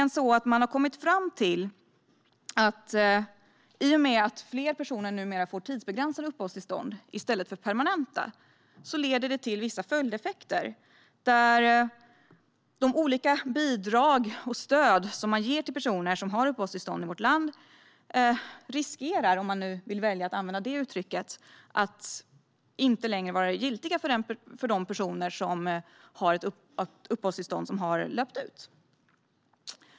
Man har nämligen kommit fram till att i och med att fler personer numera får tidsbegränsade uppehållstillstånd i stället för permanenta blir det vissa följdeffekter. Olika bidrag och stöd som man ger till personer som har uppehållstillstånd i vårt land riskerar - om man nu väljer att använda det uttrycket - att inte längre vara giltiga för de personer som har ett uppehållstillstånd som har löpt ut.